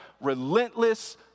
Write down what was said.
relentless